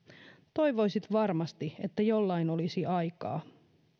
toivoisit varmasti että jollain olisi aikaa